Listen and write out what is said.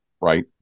Right